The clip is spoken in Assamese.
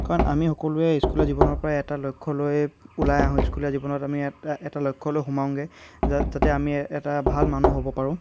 কাৰণ আমি সকলোৱে স্কুলীয়া জীৱনৰ পৰা এটা লক্ষ্য লৈয়ে ওলাই আহোঁ স্কুলীয়া জীৱনত আমি এটা এটা লক্ষ্য লৈয়ে সোমাওঁগৈ যাতে আমি এটা ভাল মানুহ হ'ব পাৰোঁ